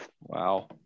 Wow